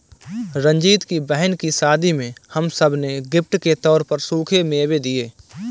रंजीत की बहन की शादी में हम सब ने गिफ्ट के तौर पर सूखे मेवे दिए